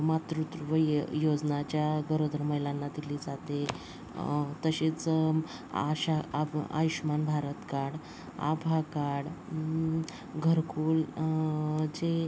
मातृत्व योजना ज्या गरोदर महिलांना दिली जाते तसेच आशा आ आयुष्मान भारत काड आभा काड घरकुल जे